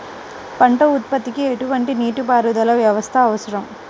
పంట ఉత్పత్తికి ఎటువంటి నీటిపారుదల వ్యవస్థ అవసరం?